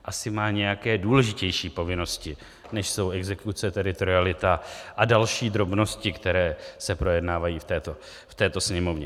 Asi má nějaké důležitější povinnosti, než jsou exekuce, teritorialita a další drobnosti, které se projednávají v této Sněmovně.